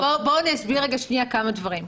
בוא אני אסביר רגע כמה דברים.